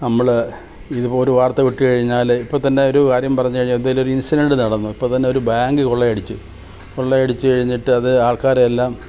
നമ്മൾ ഇതിപ്പോൾ ഒരു വാർത്ത വിട്ട് കഴിഞ്ഞാൽ ഇപ്പം തന്നെ ഒരു കാര്യം പറഞ്ഞ് കഴിഞ്ഞാൽ എന്തേലുമൊരു ഇൻസിഡൻറ്റ് നടന്നു ഇപ്പം തന്നെ ഒരു ബാങ്ക് കൊള്ളയടിച്ചു കൊള്ളയടിച്ച് കഴിഞ്ഞിട്ട് അത് ആൾക്കാരെ എല്ലാം